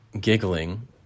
giggling